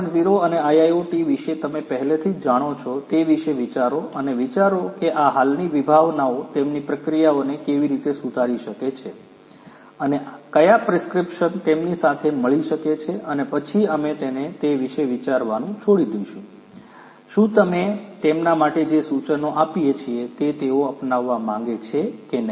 0 અને IIoT વિશે તમે પહેલેથી જ જાણો છો તે વિશે વિચારો અને વિચારો કે આ હાલની વિભાવનાઓ તેમની પ્રક્રિયાઓને કેવી રીતે સુધારી શકે છે અને કયા પ્રિસ્ક્રિપ્શન તેમની સાથે મળી શકે છે અને પછી અમે તેને તે વિશે વિચારવાનું છોડી દઈએ શું અમે તેમના માટે જે સૂચનો આપીએ છીએ તે તેઓ અપનાવવા માગે છે કે નહીં